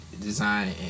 design